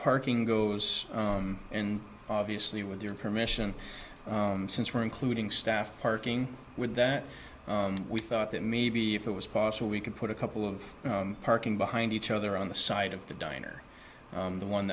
parking goes and obviously with your permission since we're including staff parking with that we thought that maybe if it was possible we could put a couple of parking behind each other on the side of the diner the one